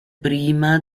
prima